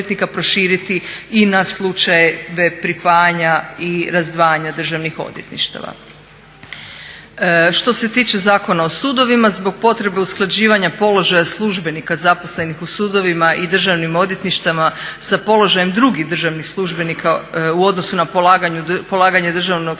i na slučaj web pripajanja i razdvajanja državnih odvjetništava. Što se tiče Zakona o sudovima, zbog potrebe usklađivanja položaja službenika zaposlenih u sudovima i državnim odvjetništvima sa položajem drugih državnih službenika u odnosu na polaganje državnog stručnog